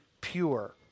pure